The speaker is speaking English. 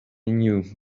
knew